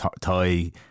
tie